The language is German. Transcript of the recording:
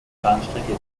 bahnstrecke